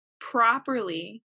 properly